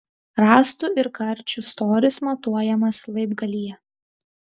rąstų ir karčių storis matuojamas laibgalyje